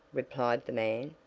replied the man.